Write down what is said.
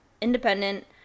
independent